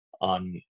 on